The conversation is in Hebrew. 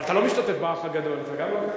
אבל אתה לא משתתף ב"אח הגדול", אתה גם לוקח,